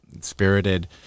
spirited